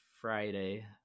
Friday